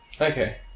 Okay